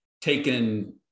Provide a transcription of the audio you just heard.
taken